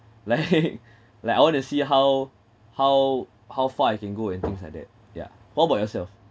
like like I want to see how how how far I can go and things like that yeah what about yourself